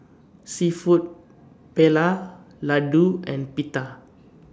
Seafood Paella Ladoo and Pita